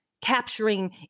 capturing